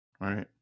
right